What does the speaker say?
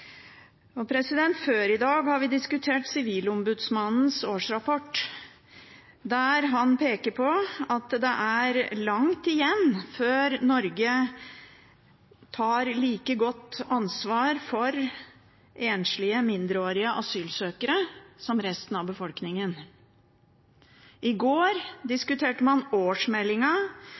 i dag har vi diskutert Sivilombudsmannens årsrapport. Der peker han på at det er langt igjen før Norge tar et like godt ansvar for enslige mindreårige asylsøkere som for resten av befolkningen. I går diskuterte man